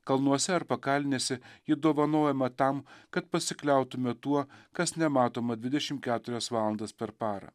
kalnuose ar pakalnėse ji dovanojama tam kad pasikliautume tuo kas nematoma dvidešim keturias valandas per parą